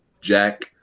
jack